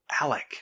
Alec